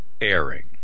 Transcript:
airing